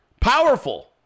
Powerful